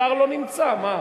השר לא נמצא, מה?